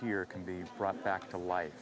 here can be brought back to life